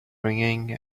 ringing